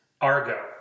Argo